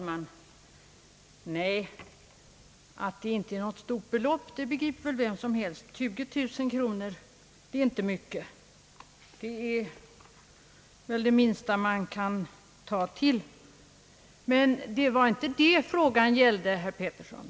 Herr talman! Att det inte är ett stort belopp begriper vem som helst. 20 000 kronor är inte mycket, det är det minsta man kan ta till. Men det är inte det frågan gäller, herr Petersson.